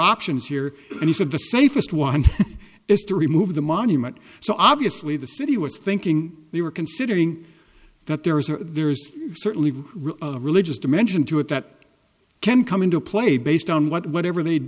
options here and he said the safest one is to remove the monument so obviously the city was thinking we were considering that there is a there's certainly a religious dimension to it that can come into play based on whatever they